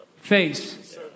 Face